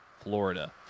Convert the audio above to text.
Florida